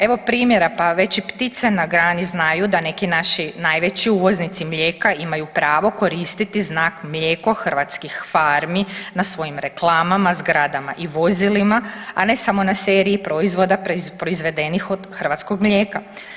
Evo primjera, pa već i ptice na grani znaju da neki naši najveći uvoznici mlijeka imaju pravo koristiti znak Mlijeko hrvatskih farmi na svojim reklamama, zgradama i vozilima, a ne samo na seriji proizvoda proizvedenih od hrvatskog mlijeka.